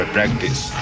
practice